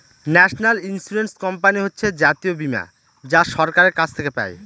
national insurance company হচ্ছে জাতীয় বীমা যা সরকারের কাছ থেকে পাই